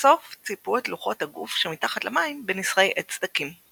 לבסוף ציפו את לוחות הגוף שמתחת למים בנסרי עץ דקים.